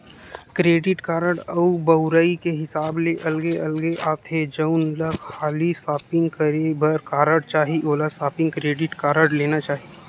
credit card बउरई के हिसाब ले अलगे अलगे आथे, जउन ल खाली सॉपिंग करे बर कारड चाही ओला सॉपिंग क्रेडिट कारड लेना चाही